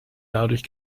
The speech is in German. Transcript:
dadurch